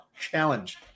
challenge